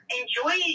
enjoy